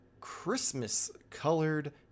Christmas-colored